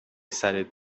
سرت